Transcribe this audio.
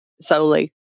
solely